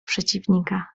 przeciwnika